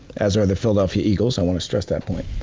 as are the philadelphia eagles, i want to stress that point.